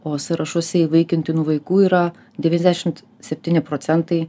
o sąrašuose įvaikintinų vaikų yra dvidešimt septyni procentai